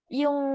yung